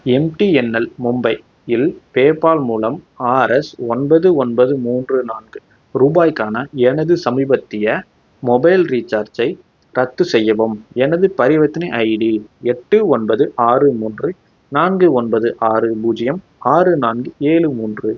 MTNL Mumbai இல் PayPal மூலம் R S ஒன்பது ஒன்பது மூன்று நான்கு ரூபாய்க்கான எனது சமீபத்திய மொபைல் ரீசார்ஜை ரத்து செய்யவும் எனது பரிவர்த்தனை ஐடி எட்டு ஒன்பது ஆறு மூன்று நான்கு ஒன்பது ஆறு பூஜ்ஜியம் ஆறு நான்கு ஏழு மூன்று